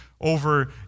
over